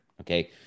Okay